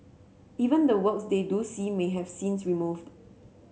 even the works they do see may have scenes removed